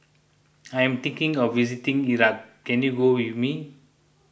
I am thinking of visiting Iraq can you go with me